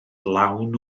lawn